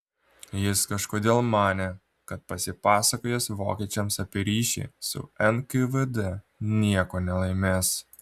jis kažkodėl manė kad pasipasakojęs vokiečiams apie ryšį su nkvd nieko nelaimės